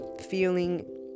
feeling